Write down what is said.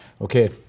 Okay